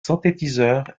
synthétiseurs